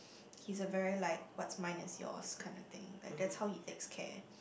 he's a very like what's mine is yours kinda thing like that's how he takes care